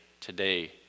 today